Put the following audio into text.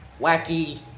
wacky